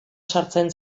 sartzen